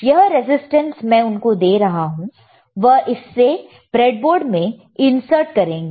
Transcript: यह रेजिस्टेंस मैं उनको दे रहा हूं वह इसे ब्रेडबोर्ड में इंसर्ट करेंगे